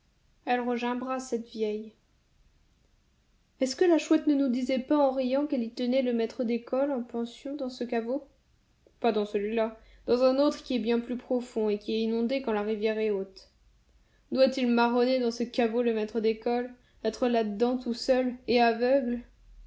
elle regimbera cette vieille est-ce que la chouette ne nous disait pas en riant qu'elle y tenait le maître d'école en pension dans ce caveau pas dans celui-là dans un autre qui est bien plus profond et qui est inondé quand la rivière est haute doit-il marronner dans ce caveau le maître d'école être là-dedans tout seul et aveugle